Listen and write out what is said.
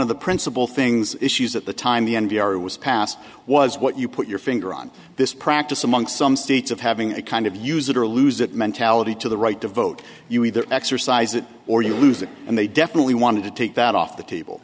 of the principal things issues at the time the n p r was passed was what you put your finger on this practice among some states of having a kind of use it or lose it mentality to the right to vote you either exercise it or you lose it and they definitely wanted to take that off the table